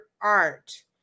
art